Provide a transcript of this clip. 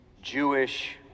Jewish